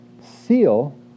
Seal